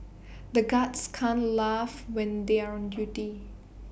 the guards can't laugh when they are on duty